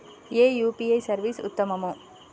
ఏ UPI service ఉత్తమము?